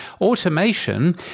Automation